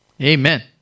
amen